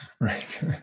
Right